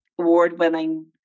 award-winning